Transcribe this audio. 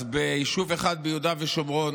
אז ביישוב אחד ביהודה ושומרון,